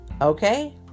Okay